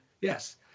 Yes